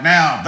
Now